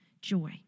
joy